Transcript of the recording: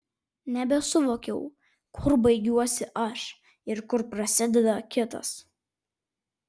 nebesuvokiau kur baigiuosi aš ir kur prasideda kitas